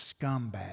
scumbag